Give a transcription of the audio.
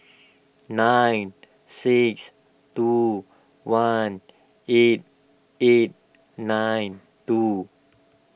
nine six two one eight eight nine two